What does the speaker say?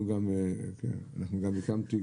וגם המשתמשים.